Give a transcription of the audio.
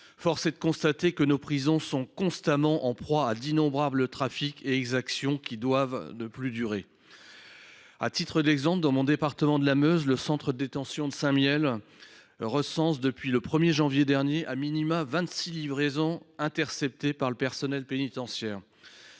Force est de constater que nos prisons sont constamment en proie à d’innombrables trafics et exactions, qui ne doivent plus durer. À titre d’exemple, dans le département de la Meuse, le centre de détention de Saint Mihiel recense, depuis le 1 janvier dernier, au minimum 26 livraisons interceptées par le personnel pénitentiaire.